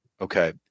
Okay